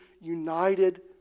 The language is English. united